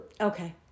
Okay